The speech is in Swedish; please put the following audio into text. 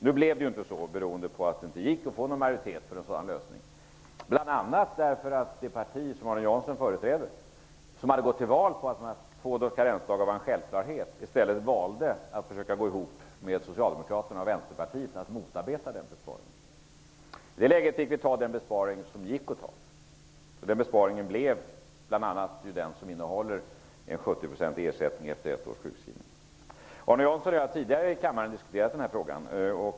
Nu blev det inte så beroende på att det inte gick att få någon majoritet för en sådan lösning, bl.a. därför att det parti som Arne Jansson företräder, som hade gått till val på att två karensdagar var en självklarhet, i stället valde att gå ihop med Socialdemokraterna och Vänsterpartiet för att motarbeta denna besparing. I det läget fick vi genomföra den besparing som gick att genomföra, och det blev en 70-procentig ersättning efter ett års sjukskrivning. Arne Jansson och jag har tidigare här i kammaren diskuterat denna fråga.